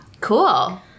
Cool